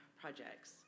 projects